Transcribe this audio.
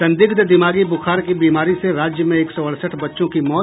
संदिग्ध दिमागी बूखार की बीमारी से राज्य में एक सौ अड़सठ बच्चों की मौत